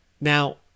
Now